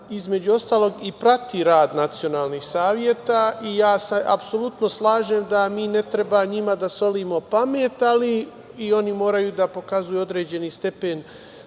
između ostalog i prati rad nacionalnih saveta. Ja se apsolutno slažem da mi ne treba njima da solimo pamet, ali i oni moraju da pokazuju određeni stepen